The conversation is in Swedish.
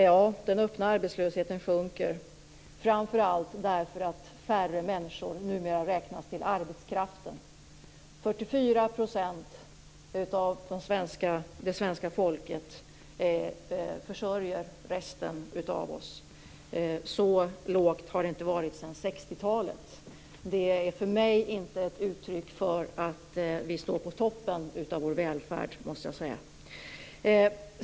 Ja, den öppna arbetslösheten sjunker, framför allt därför att färre människor numera räknas till arbetskraften. 44 % av det svenska folket försörjer resten av oss. Så lågt har det inte varit sedan 60-talet. Det är för mig inte ett uttryck för att vi står på toppen av vår välfärd, måste jag säga.